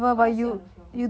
then I sit on the floor